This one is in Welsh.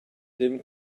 dim